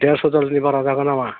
देरस'दालनि बारा जागोन नामा